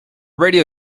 radio